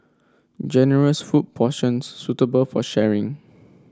generous food portions suitable for sharing